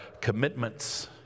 commitments